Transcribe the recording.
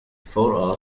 for